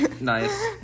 nice